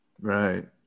right